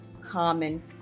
common